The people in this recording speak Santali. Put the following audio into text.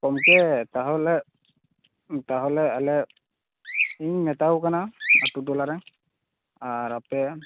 ᱜᱚᱢᱠᱮ ᱛᱟᱦᱚᱞᱮ ᱛᱟᱦᱚᱞᱮ ᱟᱞᱮ ᱤᱧ ᱢᱮᱛᱟᱣ ᱠᱟᱱᱟ ᱟᱛᱳ ᱴᱚᱞᱟᱨᱮ ᱟᱨ ᱟᱯᱮ